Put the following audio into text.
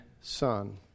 son